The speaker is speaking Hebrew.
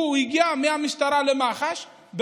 הוא הגיע מהמשטרה למח"ש,